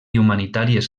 humanitàries